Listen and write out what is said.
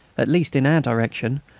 at least in our direction,